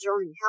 journey